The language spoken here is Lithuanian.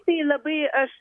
tai labai aš